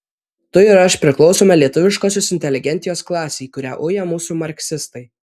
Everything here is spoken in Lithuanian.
tu ir aš priklausome lietuviškosios inteligentijos klasei kurią uja mūsų marksistai